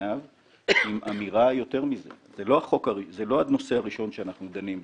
עם אמירה שזה לא הנושא הראשון שאנחנו דנים בו.